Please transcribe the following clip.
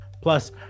Plus